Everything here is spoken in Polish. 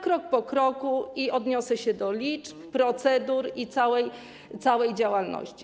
Krok po kroku odniosę się do liczb, procedur i całej działalności.